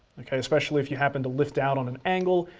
okay? especially if you happen to lift out on an angle.